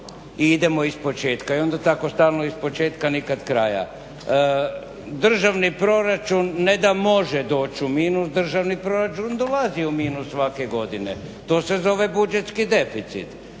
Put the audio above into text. idemo ispočetka i onda tako stalno ispočetka, nikad kraja. Državni proračun ne da može doći u minus, državni proračun dolazi u minus svake godine, to se zove budžetski deficit